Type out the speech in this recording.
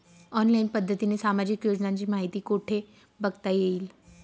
Online पद्धतीने सामाजिक योजनांची माहिती कुठे बघता येईल?